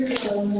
בוקר טוב.